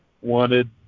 wanted